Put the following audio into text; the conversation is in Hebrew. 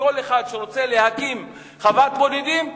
לכל אחד שרוצה להקים חוות בודדים,